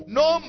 no